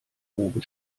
oben